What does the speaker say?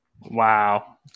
Wow